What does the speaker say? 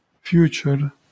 future